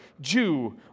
Jew